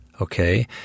okay